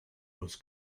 was